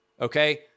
okay